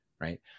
Right